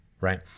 right